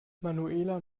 manuela